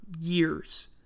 years